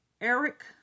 Eric